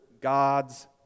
God's